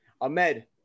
Ahmed –